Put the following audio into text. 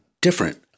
different